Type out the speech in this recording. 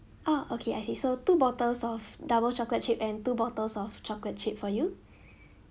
orh okay I see so two bottles of double chocolate chip and two bottles of chocolate chip for you